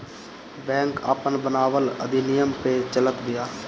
bank आपन बनावल अधिनियम पअ चलत बिया